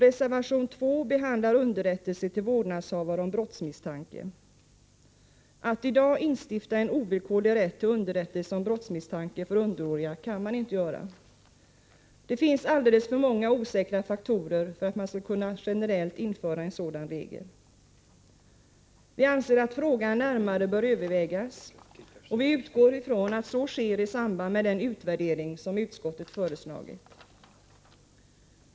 Reservation 2 behandlar underrättelse till vårdnadshavare om brottsmisstanke. Att i dag instifta en ovillkorlig rätt till underrättelse om brottsmisstanke för underåriga går inte. Det finns alldeles för många osäkra faktorer för att man skall kunna generellt införa en sådan regel. Vi anser att frågan närmare bör övervägas. Vi utgår från att så sker i samband med den utvärdering som utskottet föreslagit.